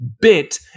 bit